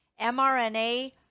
mRNA